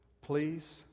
Please